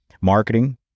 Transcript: marketing